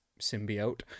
symbiote